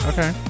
Okay